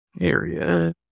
area